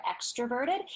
extroverted